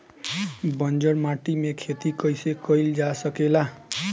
बंजर माटी में खेती कईसे कईल जा सकेला?